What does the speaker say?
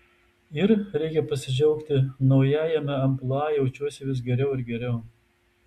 ir reikia pasidžiaugti naujajame amplua jaučiuosi vis geriau ir geriau